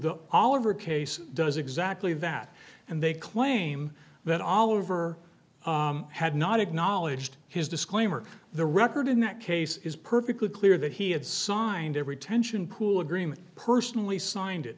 the all over case does exactly that and they claim that all over had not acknowledged his disclaimer the record in that case is perfectly clear that he had signed every tension pool agreement personally signed it